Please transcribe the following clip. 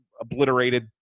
obliterated